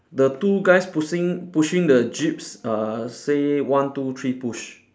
the two guys pushing pushing the jeeps uh say one two three push